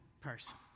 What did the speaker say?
person